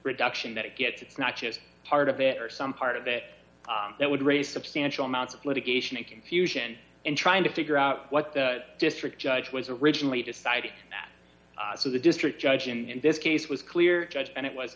reduction that it gets it's not just part of it or some part of it that would raise substantial amounts of litigation and confusion in trying to figure out what the district judge was originally decided that so the district judge in this case was clear judge and it was